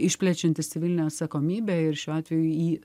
išplečiantys civilinę atsakomybę ir šiuo atveju į